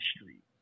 street